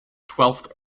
twelfth